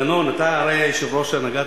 דנון, אתה הרי היית יושב-ראש ההנהגה